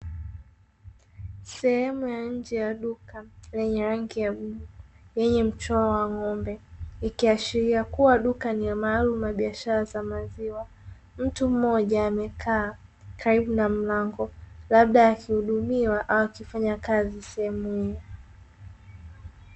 Sehemu ya nje ya duka, lenye rangi ya bluu, lenye mchoro wa ng'ombe, ikiashiria kuwa duka ni ya maalumu la biashara za maziwa. Mtu mmoja amekaa karibu na mlango, labda akihudumiwa au akifanya kazi sehemu hiyo.